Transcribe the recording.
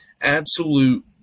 absolute